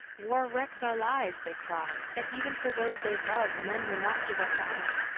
war wrecks our lives they cry. yet even for those they love men will not give up battle.